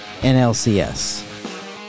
NLCS